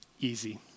easy